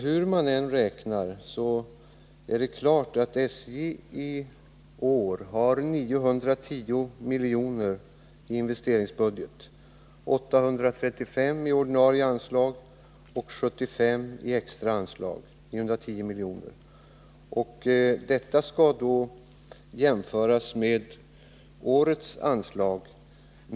Hur man än ser på saken är det klart att SJ i år har 910 milj.kr. i investeringsbudgeten: 835 milj.kr. i ordinarie anslag och 75 milj.kr. i extra anslag.